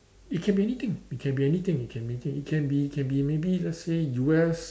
it can be anything it can be anything it can be it can be can be maybe let's say U_S